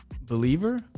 believer